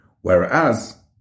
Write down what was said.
Whereas